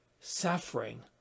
suffering